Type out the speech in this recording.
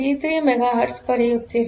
333 megahertz ಪಡೆಯುತ್ತೀರಿ